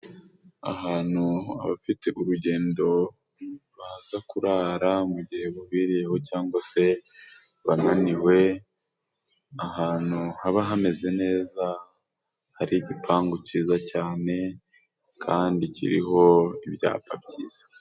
Ahantu abafite urugendo baza kurara mu gihe bubiriyeho cyangwa se bananiwe, ahantu haba hameze neza hari igipangu cyiza cyane, kandi kiriho ibyapa byiza.